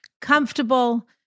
comfortable